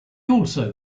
also